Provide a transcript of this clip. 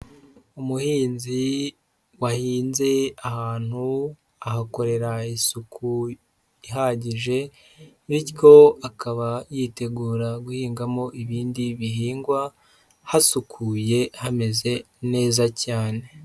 Umuhinzi wahinze ahantu, ahakorera isuku ihagije, bityo akaba yitegura guhingamo ibindi bihingwa, hasukuye, hameze neza cyane.